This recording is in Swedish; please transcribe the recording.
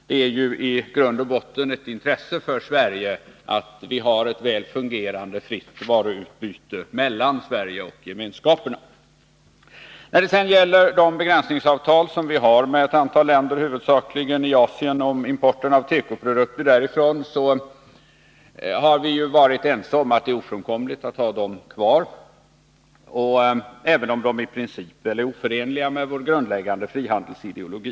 Det är i grund och botten ett intresse för Sverige att vi har ett väl fungerande fritt varuutbyte mellan Sverige och Gemenskapen. Vi har varit ense om att det är ofrånkomligt att ha kvar de begränsningsavtal som vi har med ett antal länder, huvudsakligen i Asien, om importen av tekoprodukter därifrån, även om de i princip är oförenliga med vår grundläggande frihandelsideologi.